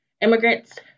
immigrants